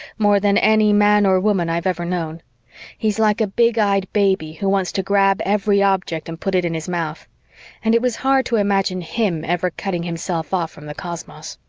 more than any man or woman i've ever known he's like a big-eyed baby who wants to grab every object and put it in his mouth and it was hard to imagine him ever cutting himself off from the cosmos.